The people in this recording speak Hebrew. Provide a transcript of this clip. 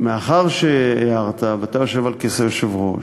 מאחר שהערת, ואתה יושב על כס היושב-ראש,